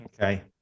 Okay